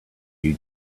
you